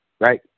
right